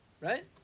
Right